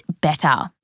better